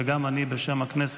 וגם אני, בשם הכנסת,